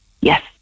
Yes